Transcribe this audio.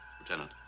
Lieutenant